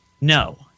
No